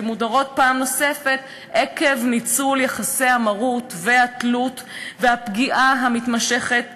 ומודרות פעם נוספת עקב ניצול יחסי המרות והתלות והפגיעה המתמשכת בהן,